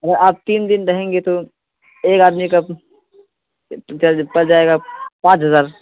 اگر آپ تین دن رہیں گے تو ایک آدمی کا چارج پڑ جائے گا پانچ ہزار